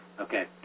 Okay